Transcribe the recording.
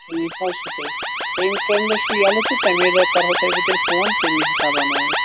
ٹھیٖک حظ چھُ تیٚلہِ تُہۍ کمہِ دۄہ چھُو یلہٕ تہٕ تَمی دۄہ کَرہو بہٕ تۄہہِ تیٚلہِ فون تمی حساب اَنو أسۍ